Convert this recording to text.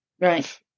Right